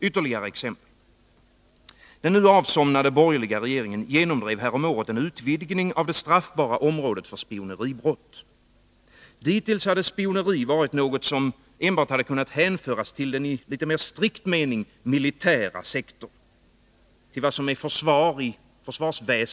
Ytterligare exempel. Den nu avsomnade borgerliga regeringen genomdrev häromåret en utvidgning av det straffbara området för spioneribrott. Dittills hade spioneri varit något som enbart kunnat hänföras till den i litet mer strikt mening militära sektorn.